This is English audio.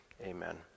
Amen